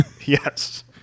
Yes